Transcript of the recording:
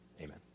Amen